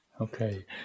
Okay